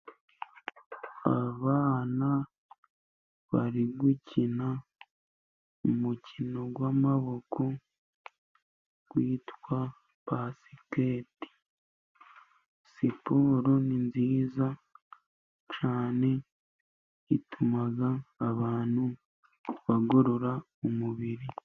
Abana bari gukina umukino w'amaboko witwa Basikete, siporo ni nziza cyane, ituma abantu bagorora umubiri.